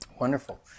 Wonderful